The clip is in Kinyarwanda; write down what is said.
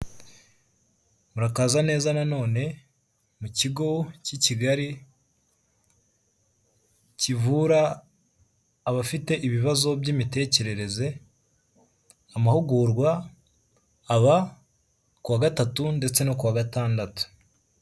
Murakaza neza nanone mu kigo cy'i kigali kivura abafite ibibazo by'imitekerereze, amahugurwa aba ku wa gatatu ndetse no kuwa gatandatu.